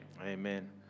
Amen